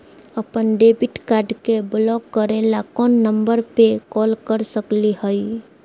अपन debit card के block करे ला कौन नंबर पे कॉल कर सकली हई?